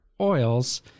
Oils